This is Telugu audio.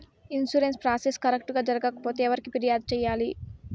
ఇన్సూరెన్సు ప్రాసెస్ కరెక్టు గా జరగకపోతే ఎవరికి ఫిర్యాదు సేయాలి